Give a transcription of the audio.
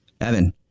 Evan